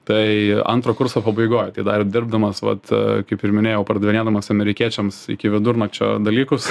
tai antro kurso pabaigoj dar dirbdamas vat kaip ir minėjau pardavinėdamas amerikiečiams iki vidurnakčio dalykus